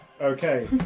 okay